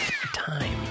Time